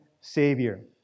Savior